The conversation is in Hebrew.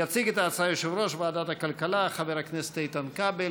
יציג את ההצעה יושב-ראש ועדת הכנסת חבר הכנסת איתן כבל.